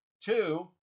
Two